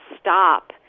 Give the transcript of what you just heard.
stop